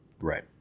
Right